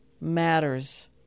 matters